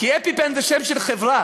כי אפיפן זה שם של חברה